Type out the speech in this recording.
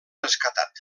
rescatat